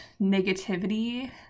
negativity